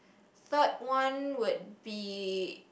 third one would be